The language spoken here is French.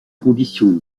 conditions